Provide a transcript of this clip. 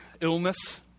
illness